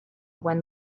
when